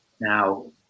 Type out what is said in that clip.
Now